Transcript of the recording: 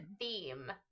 theme